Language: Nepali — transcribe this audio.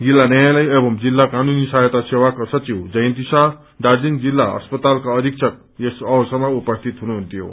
जिल्ला न्यायालय एवं जिल्ला कानूनी सहायत सेवाका सचिव जयती शाह दार्जीलिङ जिल्ला अस्पतालका अघीक्षक यस अवसरमा उपस्थित हुनुहुन्थ्यो